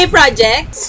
Project